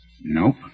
Nope